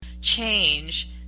change